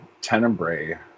tenebrae